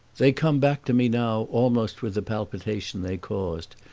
they come back to me now almost with the palpitation they caused,